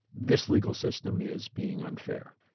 this legal system is being unfair.